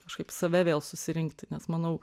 kažkaip save vėl susirinkti nes manau